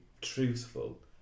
truthful